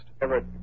Everett